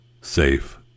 safe